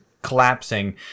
collapsing